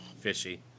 Fishy